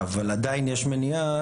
אבל עדיין יש מניעה.